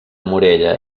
morella